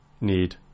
need